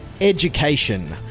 education